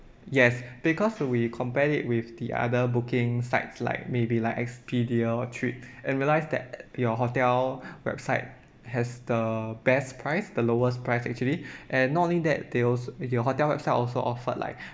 yes because we compared it with the other booking sites like maybe like expedia trip and realise that your hotel website has the best price the lowest price actually and not only that they als~ your hotel website also offered like